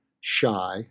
shy